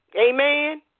Amen